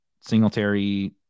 Singletary